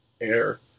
air